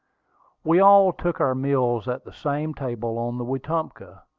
we all took our meals at the same table on the wetumpka,